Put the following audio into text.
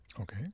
Okay